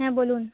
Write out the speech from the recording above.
হ্যাঁ বলুন